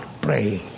praying